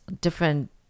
different